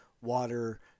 water